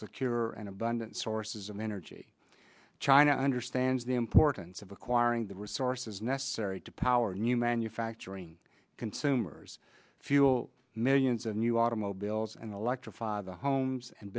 secure and abundant sources of energy china understands the importance of acquiring the resources necessary to power a new manufacturing consumers fuel millions of new automobiles and electrified the homes and